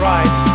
Right